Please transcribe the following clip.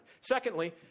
Secondly